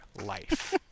life